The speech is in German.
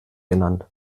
genannt